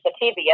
sativa